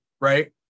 right